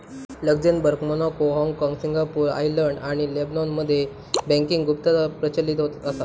Luxembourg, Monaco, हाँगकाँग, Singapore, Ireland आणि लेबनॉनमध्ये बँकिंग गुप्तता प्रचलित असा